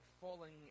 falling